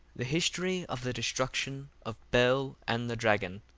the history of the destruction of bel and the dragon,